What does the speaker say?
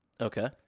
Okay